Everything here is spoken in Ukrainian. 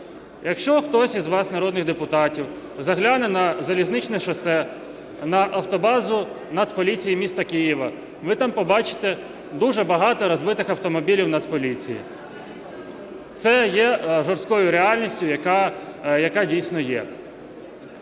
Якщо хтось із вас, народних депутатів, загляне на Залізничне шосе на автобазу Нацполіції міста Києва, ви там побачите дуже багато розбитих автомобілів Нацполіції. Це є жорсткою реальністю, яка дійсно є.